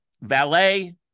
valet